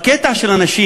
בקטע של הנשים,